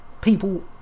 people